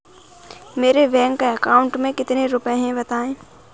मेरे bank account में कितने रुपए हैं बताएँ?